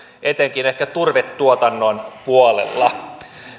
etenkin ehkä turvetuotannon puolella